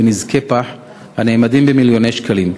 ולנזקי פח הנאמדים במיליוני שקלים.